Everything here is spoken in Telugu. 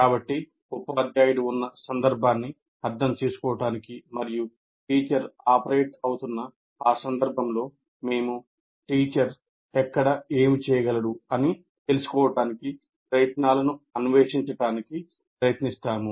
కాబట్టి ఉపాధ్యాయుడు ఉన్న సందర్భాన్ని అర్థం చేసుకోవడానికి మరియు టీచర్ ఆపరేట్ అవుతున్న ఆ సందర్భంలో మేముటీచర్ ఎక్కడ ఏమి చేయగలడు అని తెలుసుకోవడానికి ప్రయత్నాలను అన్వేషించడానికి ప్రయత్నిస్తాము